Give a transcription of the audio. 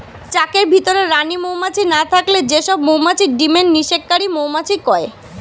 চাকের ভিতরে রানী মউমাছি না থাকলে যে সব মউমাছি ডিমের নিষেক কারি মউমাছি কয়